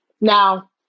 Now